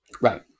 Right